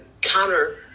counter